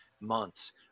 months